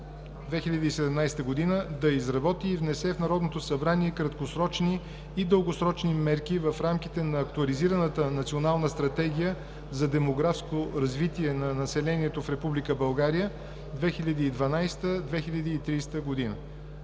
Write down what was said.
2017 г. да изработи и внесе в Народното събрание краткосрочни и дългосрочни мерки в рамките на Актуализираната Национална стратегия за демографско развитие на неселението в Република